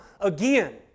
again